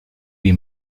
wie